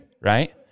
Right